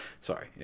Sorry